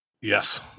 Yes